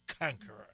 conqueror